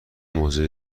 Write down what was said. معجزه